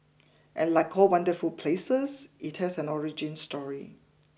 and like all wonderful places it has an origin story